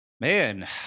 Man